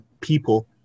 people